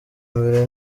mbere